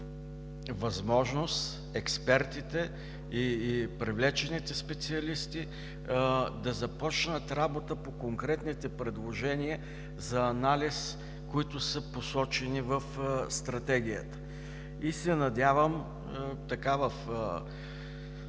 възможност експертите и привлечените специалисти да започнат работа по конкретните предложения за анализ, които са посочени в стратегията, и се надявам дори в